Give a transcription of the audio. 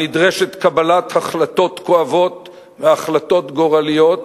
נדרשת קבלת החלטות כואבות והחלטות גורליות